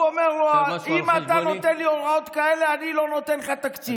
ההוא אומר לו: אם אתה נותן לי הוראות כאלה אני לא נותן לך תקציב.